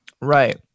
right